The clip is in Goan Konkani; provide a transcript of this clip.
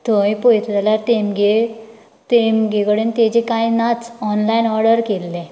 थंय पळयता जाल्यार तेंगेर तेंगे कडेन तेजें कांय नाच ऑनलायन ऑर्डर केल्लें